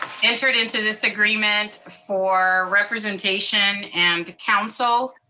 entered into this agreement for representation and council,